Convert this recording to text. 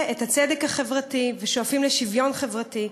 את הצדק החברתי ושואפים לשוויון חברתי.